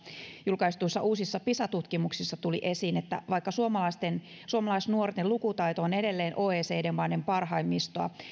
julkaistuissa uusissa pisa tutkimuksissa tuli esiin että vaikka suomalaisnuorten lukutaito on edelleen oecd maiden parhaimmistoa